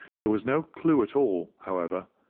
there was no clue at all, however,